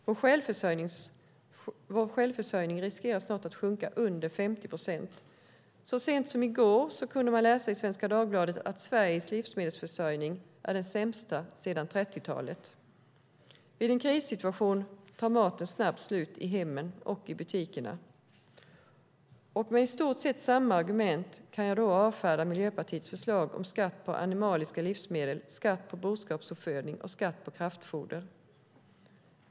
Vår självförsörjning riskerar snart att sjunka under 50 procent. Så sent som i går kunde man läsa i Svenska Dagbladet att Sveriges livsmedelsförsörjning är den sämsta sedan 30-talet. Vid en krissituation tar maten snabbt slut i hemmen och i butikerna. Med i stort sett samma argument kan jag avfärda Miljöpartiets förslag om skatt på animaliska livsmedel, skatt på boskapsuppfödning och skatt på kraftfoder.